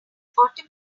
automatic